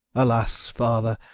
alas! father,